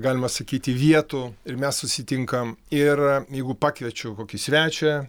galima sakyti vietų ir mes susitinkam ir jeigu pakviečiu kokį svečią